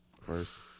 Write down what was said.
first